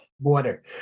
water